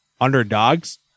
underdogs